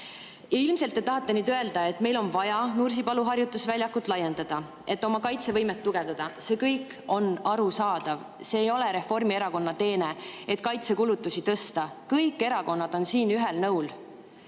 te tahate nüüd öelda, et meil on vaja Nursipalu harjutusvälja laiendada, et oma kaitsevõimet tugevdada. See kõik on arusaadav. See ei ole Reformierakonna teene, et kaitsekulutusi tõstetakse. Kõik erakonnad on siin ühel nõul.